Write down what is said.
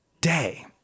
day